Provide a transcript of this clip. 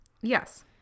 Yes